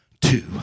Two